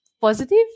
positive